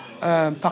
par